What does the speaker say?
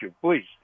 Please